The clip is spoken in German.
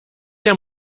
der